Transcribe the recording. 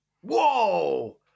Whoa